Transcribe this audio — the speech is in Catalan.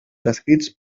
descrits